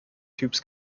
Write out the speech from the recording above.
typs